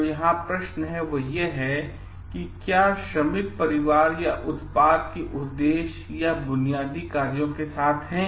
तो यहाँ प्रश्न यह है हां क्या श्रमिक परिवार या उत्पाद के उद्देश्य या बुनियादी कार्यों के साथ हैं